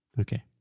Okay